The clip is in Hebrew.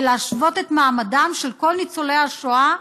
ולהשוות את מעמדם של כל ניצולי השואה.